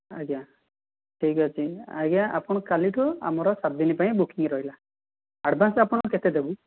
ଆଜ୍ଞା ଠିକ୍ ଅଛି ଆଜ୍ଞା ଆପଣ କାଲିଠୁ ଆମର ସାତ ଦିନ ପାଇଁ ବୁକିଂ ରହିଲା ଆଡ଼୍ଭାନ୍ସ ଆପଣଙ୍କୁ କେତେ ଦେବୁ